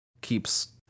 keeps